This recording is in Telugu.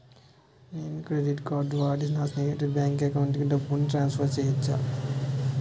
నేను క్రెడిట్ కార్డ్ వాడి నా స్నేహితుని బ్యాంక్ అకౌంట్ కి డబ్బును ట్రాన్సఫర్ చేయచ్చా?